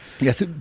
Yes